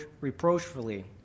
reproachfully